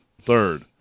Third